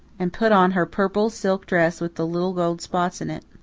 and put on her purple silk dress with the little gold spots in it.